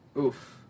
Oof